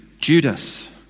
Judas